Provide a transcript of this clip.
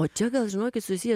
o čia gal žinokit susiję